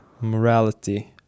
morality